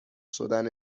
شدن